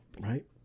Right